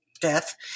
death